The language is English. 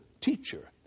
teacher